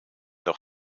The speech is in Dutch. nog